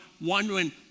wondering